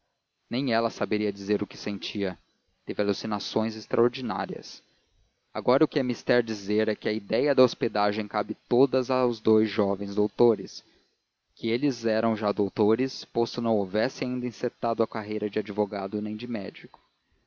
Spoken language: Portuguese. nem ela saberia dizer o que sentia teve alucinações extraordinárias agora o que é mister dizer é que a ideia da hospedagem cabe toda aos dous jovens doutores que eles eram já doutores posto não houvessem ainda encetado a carreira de advogado nem de médico